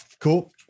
Cool